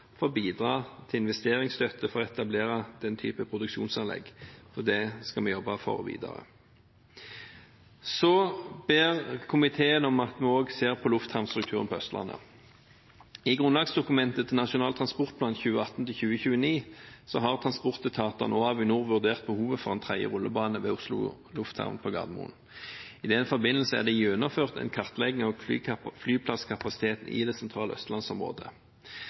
for å bidra til investeringsstøtte for å etablere den typen produksjonsanlegg, og det skal vi jobbe for videre. Så ber komiteen om at vi også ser på lufthavnstrukturen på Østlandet. I grunnlagsdokumentet til Nasjonal transportplan 2018–2029 har transportetatene og Avinor vurdert behovet for en tredje rullebane ved Oslo Lufthavn Gardermoen. I den forbindelse er det gjennomført en kartlegging av flyplasskapasiteten i det sentrale